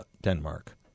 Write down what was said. Denmark